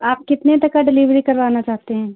आप कितने तक का डिलिवरी करवाना चाहते हैं